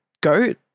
goat